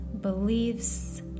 beliefs